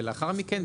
ולאחר מכן,